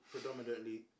predominantly